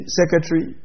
secretary